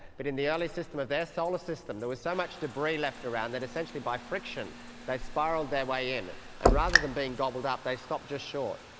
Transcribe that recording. but in the early system of their solar system there was so much debris left around that essentially by friction they spiralled their way in and rather than being gobbled up they stopped just short.